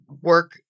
work